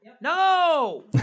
No